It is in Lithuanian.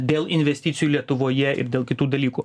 dėl investicijų lietuvoje ir dėl kitų dalykų